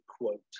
quote